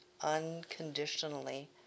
unconditionally